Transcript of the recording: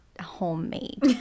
homemade